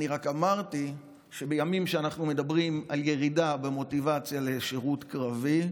אני רק אמרתי שבימים שאנחנו מדברים על ירידה במוטיבציה לשירות קרבי,